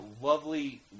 lovely